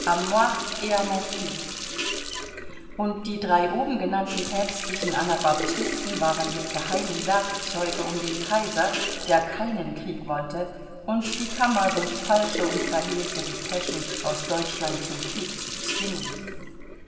und die drei obengenannten päpstlichen anabaptisten waren ihre geheimen werkzeuge um den kaiser der keinen krieg wollte und die kammer durch falsche und verhehlte depeschen aus deutschland zum krieg zu zwingen